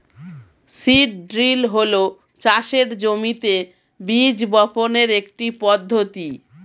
seed drill হল চাষের জমিতে বীজ বপনের একটি পদ্ধতি